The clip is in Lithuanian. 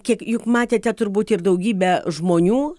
kiek juk matėte turbūt ir daugybę žmonių